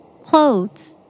Clothes